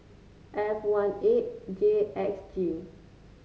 F one eight J X G